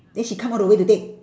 then she come all the way to take